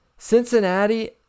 Cincinnati